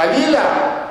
חלילה,